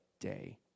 day